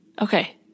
Okay